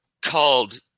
called